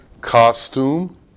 costume